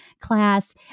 class